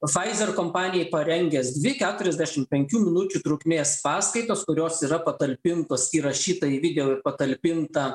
faizer kompanijai parengęs dvi keturiasdešimt penkių minučių trukmės paskaitos kurios yra patalpintos įrašyta į video ir patalpinta